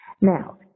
now